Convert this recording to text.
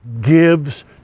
gives